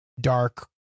dark